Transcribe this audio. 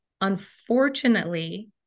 unfortunately